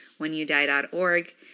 whenyoudie.org